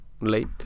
late